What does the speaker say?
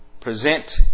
present